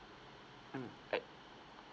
mm uh